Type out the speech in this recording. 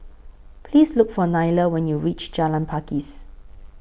Please Look For Nylah when YOU REACH Jalan Pakis